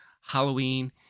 Halloween